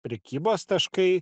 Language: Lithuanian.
prekybos taškai